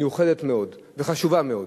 מיוחדת מאוד וחשובה מאוד,